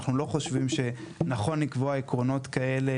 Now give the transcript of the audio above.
אנחנו לא חושבים שנכון לקבוע עקרונות כאלה